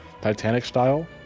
Titanic-style